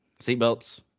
seatbelts